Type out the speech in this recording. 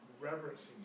reverencing